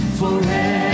forever